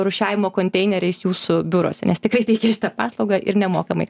rūšiavimo konteineriais jūsų biuruose nes tikrai teikia šitą paslaugą ir nemokamai